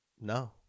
No